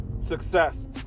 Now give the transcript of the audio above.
success